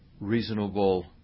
reasonable